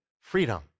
freedom